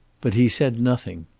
but he said nothing.